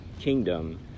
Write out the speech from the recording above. kingdom